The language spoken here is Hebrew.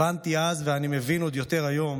הבנתי אז, ואני מבין עוד יותר היום,